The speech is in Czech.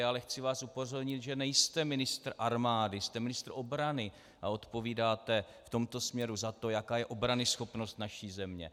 Ale chci vás upozornit, že nejste ministr armády, jste ministr obrany a odpovídáte v tomto směru za to, jaká je obranyschopnost naší země.